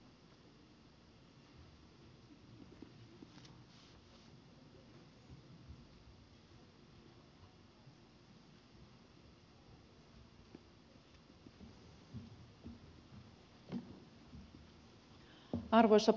arvoisa puhemies